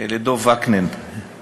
חברי חברי הכנסת, דב חנין ישנו?